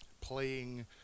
playing